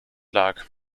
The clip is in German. lag